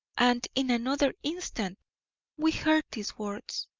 and in another instant we heard these words